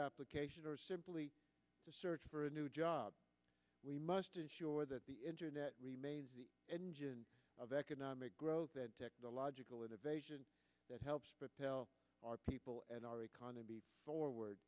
application or simply to search for a new job we must ensure that the internet remains the engine of economic growth and technological innovation that helps propel our people and our economy forward